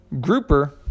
Grouper